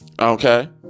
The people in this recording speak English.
okay